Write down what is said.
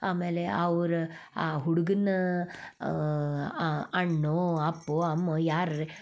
ಆಮೇಲೆ ಅವ್ರು ಆ ಹುಡ್ಗನ ಆ ಅಣ್ಣೋ ಅಪ್ಪೋ ಅಮ್ಮೋ ಯಾರಾರೆ